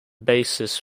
basis